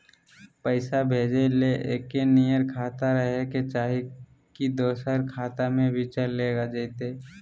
पैसा भेजे ले एके नियर खाता रहे के चाही की दोसर खाता में भी चलेगा जयते?